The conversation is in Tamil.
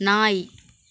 நாய்